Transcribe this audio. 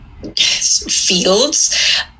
fields